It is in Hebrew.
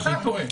אתה טועה.